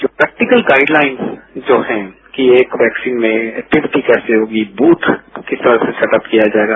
जो practical guidelines जो हैं कि एकवैक्सीन में एक्टिविटी कैसी होगी बूथ किस तरहसे सैटअप किया जाएगा